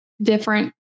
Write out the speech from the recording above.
different